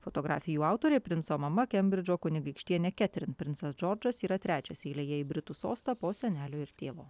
fotografijų autorė princo mama kembridžo kunigaikštienė ketrin princas džordžas yra trečias eilėje į britų sostą po senelio ir tėvo